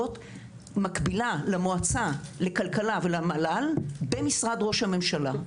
מקבילה למועצה לכלכלה ולמל"ל במשרד ראש הממשלה.